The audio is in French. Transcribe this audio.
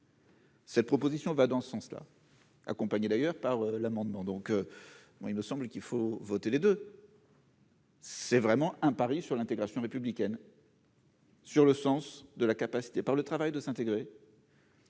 Cette proposition va dans ce sens-là, accompagné d'ailleurs par l'amendement, donc il me semble qu'il faut voter les 2. C'est vraiment un pari sur l'intégration républicaine. Sur le sens de la capacité, par le travail de s'intégrer.